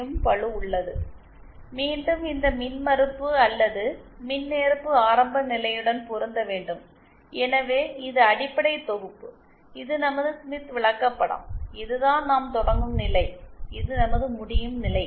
0 பளு உள்ளது மீண்டும் இந்த மின்மறுப்பு அல்லது மின்ஏற்பு ஆரம்பநிலையுடன் பொருந்த வேண்டும் எனவே இது அடிப்படை தொகுப்பு இது நமது ஸ்மித் விளக்கப்படம் இதுதான் நாம் தொடங்கும் நிலை இது நமது முடியும் நிலை